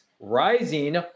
Rising